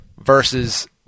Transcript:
versus